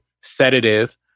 sedative